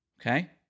Okay